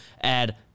add